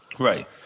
Right